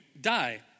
die